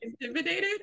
intimidated